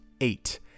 eight